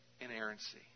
inerrancy